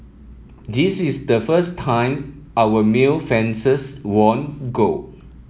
this is the first time our male fencers won gold